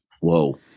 Whoa